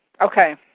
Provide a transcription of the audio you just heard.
Okay